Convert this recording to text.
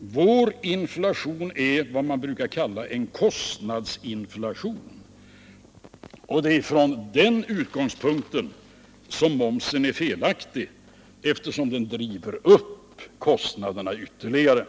Vår inflation är vad man brukar kalla en kostnadsinflation. Det är från den utgångspunkten som momsen är felaktig, eftersom den driver upp kostnaderna ytterligare.